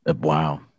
wow